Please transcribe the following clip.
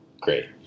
great